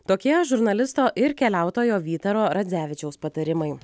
tokie žurnalisto ir keliautojo vytaro radzevičiaus patarimai